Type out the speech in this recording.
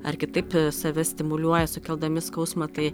ar kitaip save stimuliuoja sukeldami skausmą tai